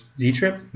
Z-Trip